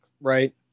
Right